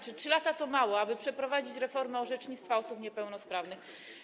Czy 3 lata to mało, aby przeprowadzić reformę orzecznictwa osób niepełnosprawnych?